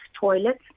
toilets